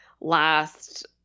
last